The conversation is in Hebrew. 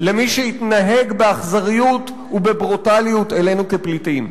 למי שהתנהג באכזריות ובברוטליות אלינו כפליטים.